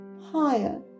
higher